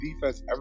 defense